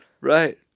right